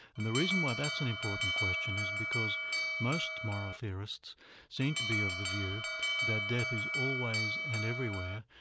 and the reason why that's an important question is because most moral theorists seem to be of the view that death is always and everywhere,